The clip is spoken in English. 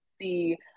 see